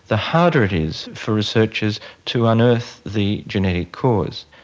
the harder it is for researchers to unearth the genetic cause.